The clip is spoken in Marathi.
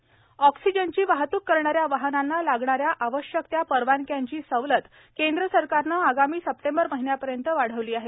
नितीन गडकरी एअर ऑक्सिजनची वाहतूक करणाऱ्या वाहनांना लागणाऱ्या आवश्यक त्या परवानग्यांची सवलत केंद्र सरकारनं आगामी सप्टेंबर महिन्यापर्यंत वाढवली आहे